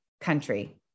country